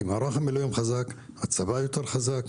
כי עם מערך מילואים חזק הצבא יהיה יותר חזק,